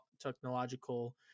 technological